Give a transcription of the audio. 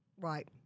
Right